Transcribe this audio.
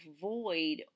void